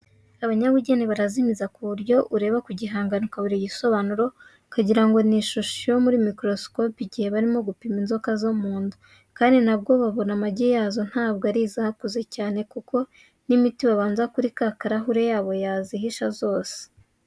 Abanyabugeni barazimiza, ku buryo ureba ku gihangano ukabura igisobanuro, ukagira ngo ni ishusho yo muri mikorosikopi, igihe barimo gupima inzoka zo mu nda; kandi na bwo babona amagi yazo, ntabwo ari izakuze, cyane ko n'imiti babanza kuri ka karahuri yaba yazishe zose.